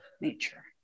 nature